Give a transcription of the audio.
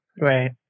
Right